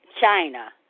China